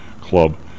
Club